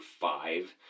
five